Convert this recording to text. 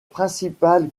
principales